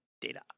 data